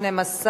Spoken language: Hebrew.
12,